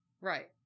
Right